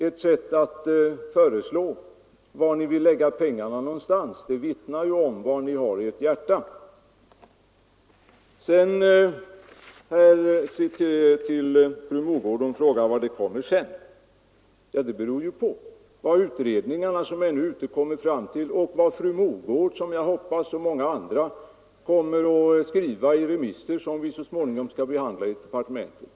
Ert sätt att föreslå var ni vill lägga pengarna vittnar ju om var ni har ert hjärta. Så frågade fru Mogård: Vad kommer sedan? Ja, det beror på vad utredningarna — som ännu inte är klara — kommer fram till och vad fru Mogård och många andra, hoppas jag, kommer att skriva i de remisser som vi så småningom skall behandla i departementet.